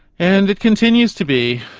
and it continues to be.